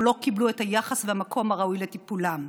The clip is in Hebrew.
לא קיבלו את היחס והמקום הראוי לטיפולם.